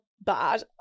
bad